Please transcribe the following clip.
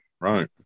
Right